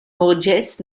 morges